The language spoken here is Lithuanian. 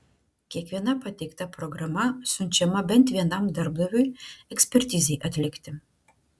kiekviena pateikta programa siunčiama bent vienam darbdaviui ekspertizei atlikti